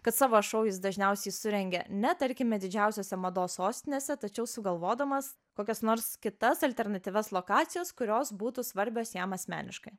kad savo šou jis dažniausiai surengia ne tarkime didžiausiose mados sostinėse tačiau sugalvodamas kokias nors kitas alternatyvias lokacijas kurios būtų svarbios jam asmeniškai